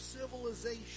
civilization